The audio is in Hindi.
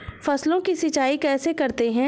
फसलों की सिंचाई कैसे करते हैं?